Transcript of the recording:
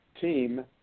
team